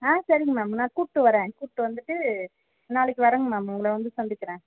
சரிங்க மேம் நான் கூட்டு வரறேன் கூட்டு வந்துட்டு நாளைக்கு வரறேங்க மேம் உங்களை வந்து சந்திக்கிறேன்